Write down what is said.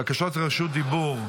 בקשות רשות דיבור.